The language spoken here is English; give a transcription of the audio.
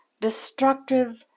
destructive